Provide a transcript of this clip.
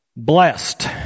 Blessed